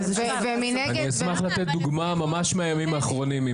אני אשמח לתת דוגמה ממש מהימים האחרונים.